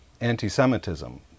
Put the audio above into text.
anti-Semitism